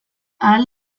ahal